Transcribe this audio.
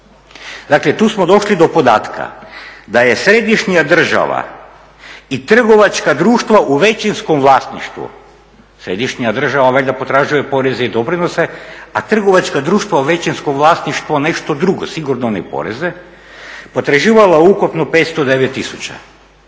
Dakle tu smo došli do podatka da je središnja država i trgovačka društva u većinskom vlasništvu središnja država valjda potražuje poreze i doprinose a trgovačka društva u većinskom vlasništvu nešto drugo, sigurno ne poreze, potraživala ukupno 509 tisuća.